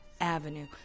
Avenue